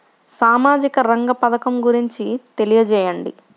సామాజిక రంగ పథకం గురించి తెలియచేయండి?